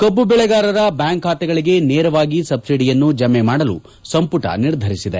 ಕಬ್ಲು ಬೆಳೆಗಾರರ ಬ್ಲಾಂಕ್ ಖಾತೆಗಳಿಗೆ ನೇರವಾಗಿ ಸಬ್ಬಿಡಿಯನ್ನು ಜಮೆ ಮಾಡಲು ಸಂಪುಟ ನಿರ್ಧರಿಸಿದೆ